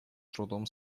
трудом